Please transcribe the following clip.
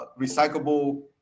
recyclable